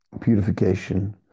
Purification